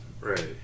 Right